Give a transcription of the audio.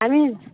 हामी